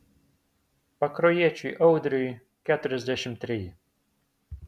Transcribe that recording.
pakruojiečiui audriui keturiasdešimt treji